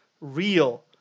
real